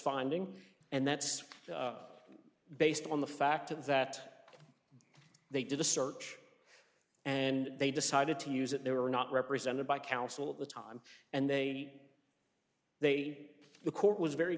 finding and that's based on the fact that they did a search and they decided to use it they were not represented by counsel at the time and they say the court was very